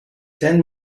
ten